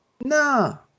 No